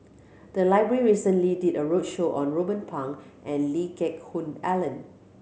the library recently did a roadshow on Ruben Pang and Lee Geck Hoon Ellen